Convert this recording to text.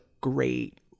great